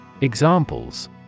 Examples